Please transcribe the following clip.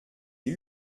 les